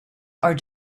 are